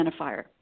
identifier